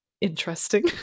interesting